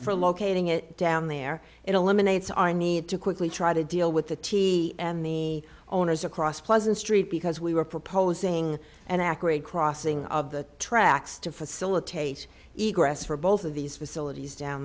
for locating it down there it eliminates i need to quickly try to deal with the t and the owners across pleasant street because we were proposing an accurate crossing of the tracks to facilitate eager for both of these facilities down